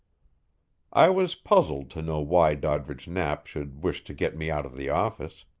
i was puzzled to know why doddridge knapp should wish to get me out of the office.